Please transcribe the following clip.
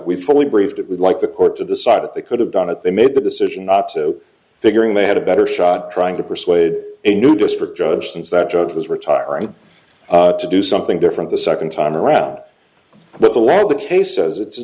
we fully briefed it would like the court to decide that they could have done it they made the decision not to figuring they had a better shot trying to persuade a new district judge since that judge was retiring to do something different the second time around